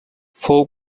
fou